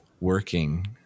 working